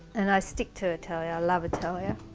and i stick to italia, i love italia.